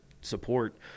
support